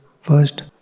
First